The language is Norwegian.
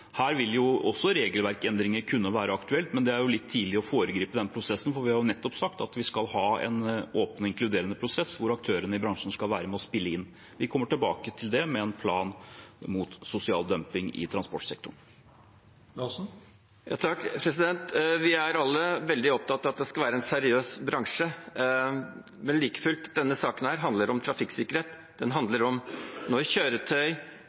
Her vil også regelverksendringer kunne være aktuelt, men det er litt tidlig å foregripe den prosessen, for vi har nettopp sagt at vi skal ha en åpen og inkluderende prosess hvor aktørene i bransjen skal være med og spille inn. Vi kommer tilbake til det, med en plan mot sosial dumping i transportsektoren. Vi er alle veldig opptatt av at det skal være en seriøs bransje, men like fullt: Denne saken handler om trafikksikkerhet, den handler om når kjøretøy